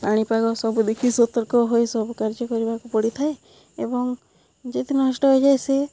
ପାଣିପାଗ ସବୁ ଦେଖି ସତର୍କ ହୋଇ ସବୁ କାର୍ଯ୍ୟ କରିବାକୁ ପଡ଼ିଥାଏ ଏବଂ ଯେଦି ନଷ୍ଟ ହୋଇଇଯାଏ ସେ